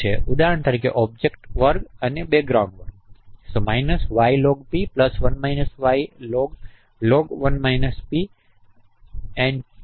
ઉદાહરણ તરીકે ઓબ્જેક્ટ વર્ગ અને બૅકગ્રાઉન્ડ વર્ગ